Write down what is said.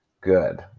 good